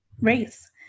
race